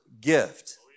gift